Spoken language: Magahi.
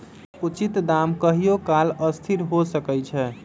उचित दाम कहियों काल असथिर हो सकइ छै